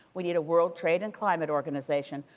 we need a world trade and climate organization.